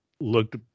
looked